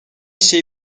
şey